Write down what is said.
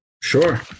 sure